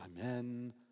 Amen